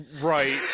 Right